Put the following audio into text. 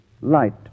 light